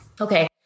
okay